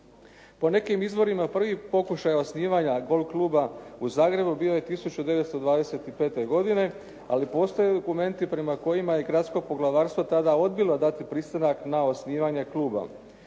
Po nekim izvorima prvi pokušaj osnivanja golf kluba u Zagrebu bio je 1925. godine ali postoje dokumenti prema kojima je Gradsko poglavarstvo tada odbilo dati pristanak na osnivanje kluba.